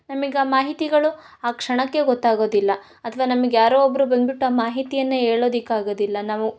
ನಮಗ್ ಆ ಮಾಹಿತಿಗಳು ಆ ಕ್ಷಣಕ್ಕೆ ಗೊತ್ತಾಗೋದಿಲ್ಲ ಅಥ್ವ ನಮಗ್ ಯಾರೋ ಒಬ್ಬರು ಬಂದ್ಬಿಟ್ಟು ಆ ಮಾಹಿತಿಯನ್ನು ಹೇಳೋದಕ್ ಆಗೋದಿಲ್ಲ ನಾವು